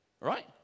Right